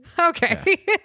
Okay